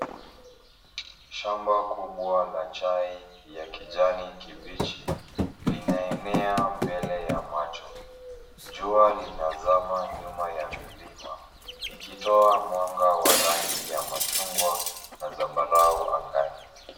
Shamba kubwa la chai ya kijani kibichi linaenea mbele ya macho. Jua linazama nyuma ya milima ikitoa mwanga wa rangi ya machungwa na zambarau angani.